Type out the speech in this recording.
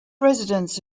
residents